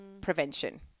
prevention